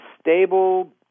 stable